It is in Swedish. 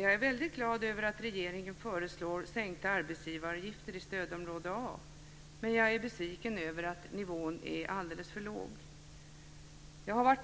Jag är väldigt glad över att regeringen föreslår sänkta arbetsgivaravgifter i stödområde A, men jag är besviken över att nivån är alldeles för låg. Jag